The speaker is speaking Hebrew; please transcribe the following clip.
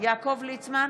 יעקב ליצמן,